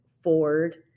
Ford